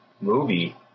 movie